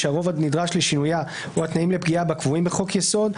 שהרוב הנדרש לשינויה או התנאים לפגיעה בה קבועים בחוק-יסוד.